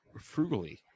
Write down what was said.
frugally